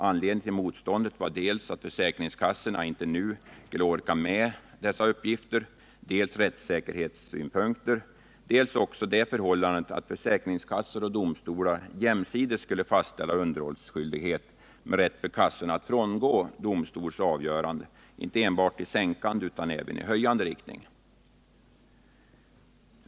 Anledningen till motståndet var dels att försäkringskassorna inte nu skulle orka med dessa uppgifter, dels rättssäkerhetssynpunkter, dels också det förhållandet att försäkringskassor och domstol jämsides skulle fastställa underhållsskyldighet, med rätt för kassorna att frångå domstols avgörande inte enbart i sänkande utan även i höjande riktning.